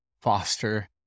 foster